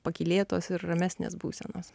pakylėtos ir ramesnės būsenos